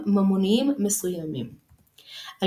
מנהגים נפוצים בקהילות ישראל